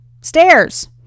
stairs